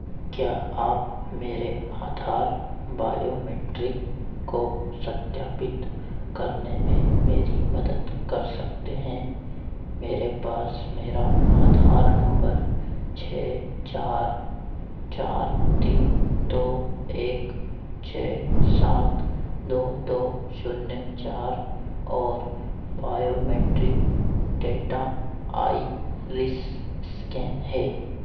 क्या आप मेरे आधार बायोमेट्रिक को सत्यापित करने में मेरी मदद कर सकते हैं मेरे पास मेरा आधार नंबर छः चार चार तीन दो एक छः सात दो दो शून्य चार और बायोमेट्रिक डेटा आइरिस स्कैन है